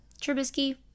Trubisky